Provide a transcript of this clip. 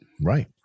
Right